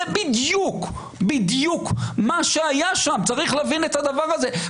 זה בדיוק מה שהיה שם צריך להבין את הדבר הזה.